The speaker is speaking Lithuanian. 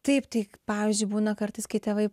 taip pavyzdžiui būna kartais kai tėvai